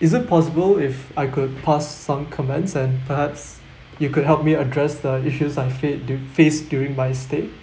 is it possible if I could pass some comments and perhaps you could help me address the issues I fade du~ face during my stay